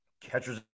catchers